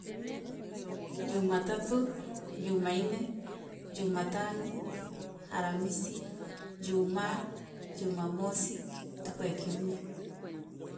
Jumatatu, jumaine, jumatano, aramisi jumaa, jumamosi, ntuku e kiumia.